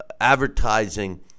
advertising